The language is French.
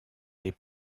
les